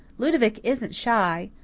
ludovic isn't shy.